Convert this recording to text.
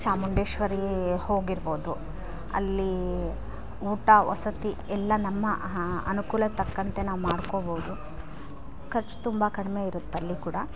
ಚಾಮುಂಡೇಶ್ವರಿ ಹೋಗಿರ್ಬೋದು ಅಲ್ಲಿ ಊಟ ವಸತಿ ಎಲ್ಲ ನಮ್ಮ ಅನುಕೂಲ ತಕ್ಕಂತೆ ನಾವು ಮಾಡ್ಕೊಬೋದು ಖರ್ಚ್ ತುಂಬ ಕಡಿಮೆ ಇರತ್ತೆ ಅಲ್ಲಿ ಕೂಡ